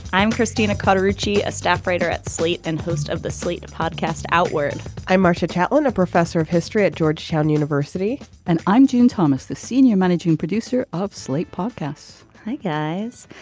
i'm christina cutter ritchie a staff writer at slate and host of the slate podcast outward i'm marsha chatwin a professor of history at georgetown university and i'm june thomas the senior managing producer of slate podcasts. hi guys.